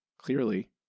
Clearly